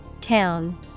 Town